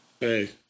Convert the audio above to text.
Hey